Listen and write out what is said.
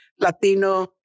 Latino